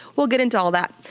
we'll get into all that.